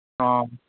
ꯑꯥ